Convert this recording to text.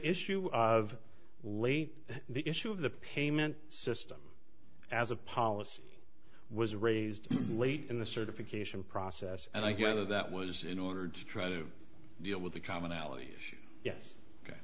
issue of late the issue of the payment system as a policy was raised late in the certification process and i gather that was in order to try to deal with the commonality issue